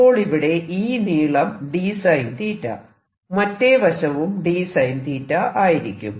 അപ്പോൾ ഇവിടെ ഈ നീളം dSin മറ്റേ വശവും dSin ആയിരിക്കും